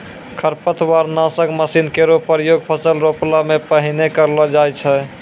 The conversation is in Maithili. खरपतवार नासक मसीन केरो प्रयोग फसल रोपला सें पहिने करलो जाय छै